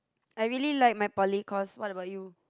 I really like my poly course what about you